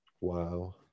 Wow